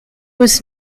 was